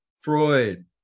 Freud